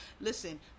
listen